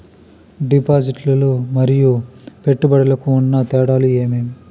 డిపాజిట్లు లు మరియు పెట్టుబడులకు ఉన్న తేడాలు ఏమేమీ?